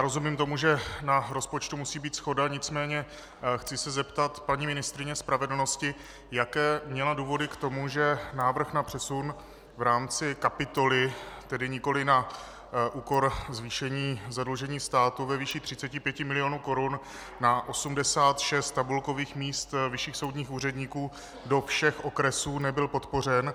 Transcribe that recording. Rozumím tomu, že na rozpočtu musí být shoda, nicméně chci se zeptat paní ministryně spravedlnosti, jaké měla důvody k tomu, že návrh na přesun v rámci kapitoly, tedy nikoli na úkor zvýšení zadlužení státu ve výši 35 milionů korun na 86 tabulkových míst vyšších soudních úředníků do všech okresů, nebyl podpořen.